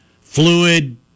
fluid